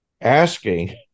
asking